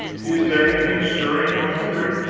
is there anything stirring in the monkery,